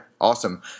awesome